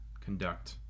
conduct